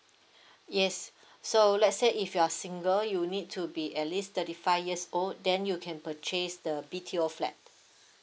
yes so let's say if you're single you need to be at least thirty five years old then you can purchase the B_T_O flat